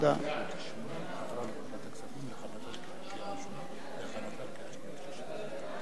הפחתת הגירעון), התשע"ב